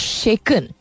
shaken